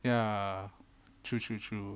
ya true true true